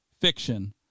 fiction